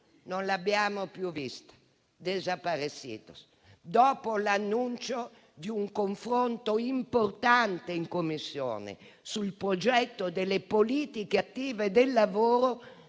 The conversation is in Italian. non l'abbiamo più vista: *desaparecido.* Dopo l'annuncio di un confronto importante in Commissione sul progetto delle politiche attive del lavoro,